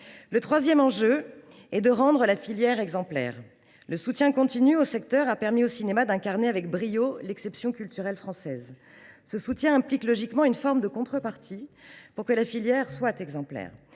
Le troisième enjeu, c’est de rendre la filière exemplaire. Le soutien continu au secteur a permis au cinéma d’incarner avec brio l’idée d’exception culturelle française. Il implique logiquement une forme de contrepartie pour que la filière soit exemplaire.